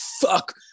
fuck